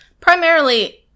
primarily